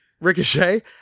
Ricochet